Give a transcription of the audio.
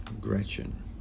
Gretchen